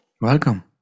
welcome